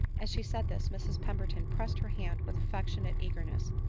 as she said this, mrs pemberton pressed her hand with affectionate eagerness,